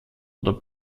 oder